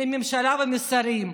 את הממשלה והשרים.